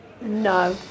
no